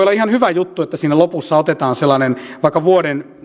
olla ihan hyvä juttu että siinä lopussa otetaan vaikka sellainen vuoden